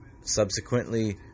subsequently